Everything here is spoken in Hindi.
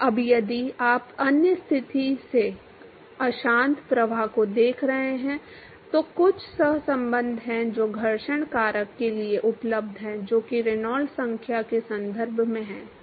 अब यदि आप अन्य स्थिति में अशांत प्रवाह को देख रहे हैं तो कुछ सहसंबंध हैं जो घर्षण कारक के लिए उपलब्ध हैं जो कि रेनॉल्ड्स संख्या के संदर्भ में है